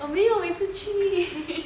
我没有一直去